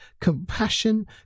compassion